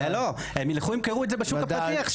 הם ילכו וימכרו את זה בשוק הפרטי.